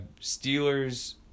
Steelers